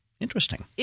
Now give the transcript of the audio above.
Interesting